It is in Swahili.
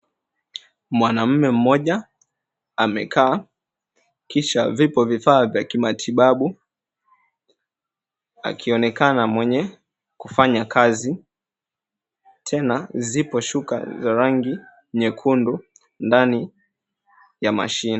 Mwanaume mmoja amekaa kisha vipo vifaa vya kimatibabu akionekana mwenye kufanya kazi tena zipo shuka za rangi nyekundu ndani ya mashine.